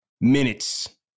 minutes